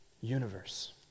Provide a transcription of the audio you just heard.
universe